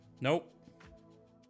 Nope